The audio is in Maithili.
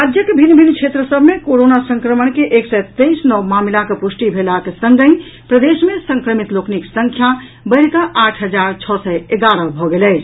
राज्यक भिन्न भिन्न क्षेत्र सभ मे कोरोना संक्रमण के एक सय तेईस नव मामिलाक पुष्टि भेलाक संगहि प्रदेश मे संक्रमित लोकनिक संख्या बढ़िकऽ आठ हजार छओ सय एगारह भऽ गेल अछि